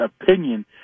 opinion